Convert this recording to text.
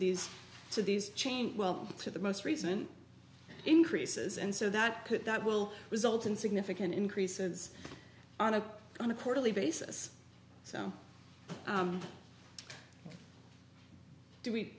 these to these chain well to the most recent increases and so that that will result in significant increases on a on a quarterly basis so